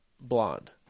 blonde